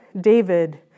David